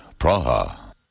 Praha